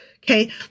Okay